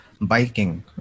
biking